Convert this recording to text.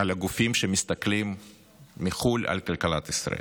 על הגופים שמסתכלים מחו"ל על כלכלת ישראל: